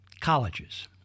colleges